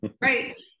right